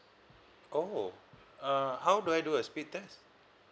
oh uh how do I do a speed test